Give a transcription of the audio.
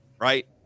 right